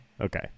Okay